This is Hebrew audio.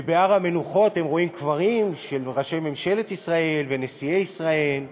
ובהר-המנוחות הם רואים קברים של ראשי ממשלת ישראל ונשיאי ישראל.